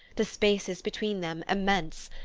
the spaces between them immense,